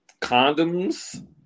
Condoms